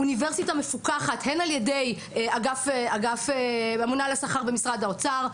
אוניברסיטה מפוקחת הן על ידי הממונה על השכר במשרד האוצר,